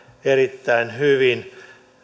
erittäin hyvin